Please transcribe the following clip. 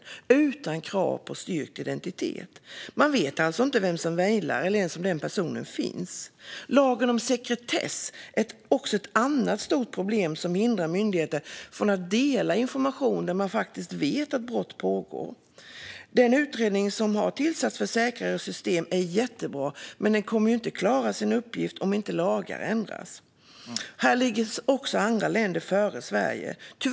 Det ställs inga krav på styrkt identitet. Man vet alltså inte vem som mejlar - eller ens om den personen finns. Lagen om sekretess är ett annat stort problem som hindrar myndigheter från att dela information trots att man faktiskt vet att brott pågår. Den utredning som har tillsatts för att titta på säkrare system är jättebra, men den kommer inte att klara sin uppgift om inte lagar ändras. Andra länder ligger före Sverige i detta.